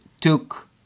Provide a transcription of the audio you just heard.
took